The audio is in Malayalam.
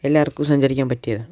എല്ലാവർക്കും സഞ്ചരിക്കാൻ പറ്റിയതാണ്